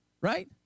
right